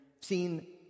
seen